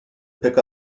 pick